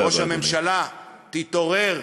ראש הממשלה, תתעורר,